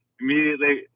immediately